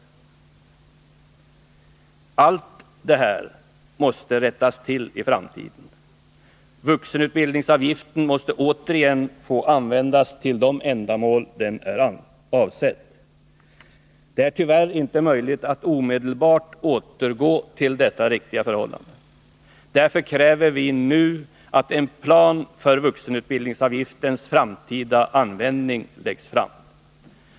Allt det här måste rättas till i framtiden. Vuxenutbildningsavgiften måste återigen få användas till de ändamål den är avsedd. Det är tyvärr inte möjligt att omedelbart återgå till detta riktiga förhållande. Därför kräver vi nu att en plan för vuxenutbildningsavgiftens framtida användning läggs fram.